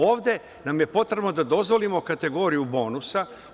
Ovde nam je potrebno da dozvolimo kategoriju bonusa.